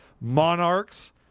Monarchs